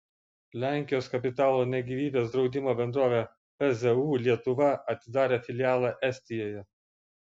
lenkijos kapitalo ne gyvybės draudimo bendrovė pzu lietuva atidarė filialą estijoje